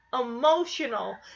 emotional